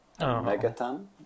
Megaton